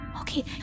Okay